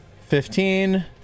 Fifteen